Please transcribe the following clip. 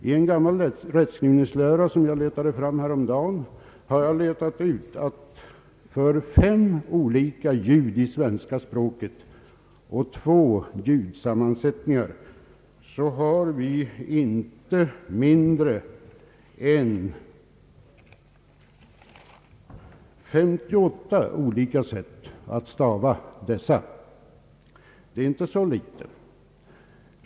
I en gammal rättskrivningslära, som jag letade fram häromdagen, har jag funnit att för fem olika ljud och två ljudsammansättningar har svenska språket inte mindre än 58 olika sätt att stava. Det är inte så litet.